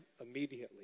immediately